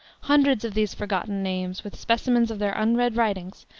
hundreds of these forgotten names, with specimens of their unread writings,